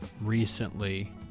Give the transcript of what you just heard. recently